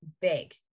big